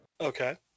Okay